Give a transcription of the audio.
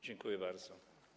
Dziękuję bardzo.